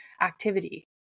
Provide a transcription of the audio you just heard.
activity